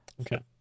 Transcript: okay